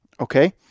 okay